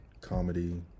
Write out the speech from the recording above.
comedy